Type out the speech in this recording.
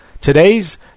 today's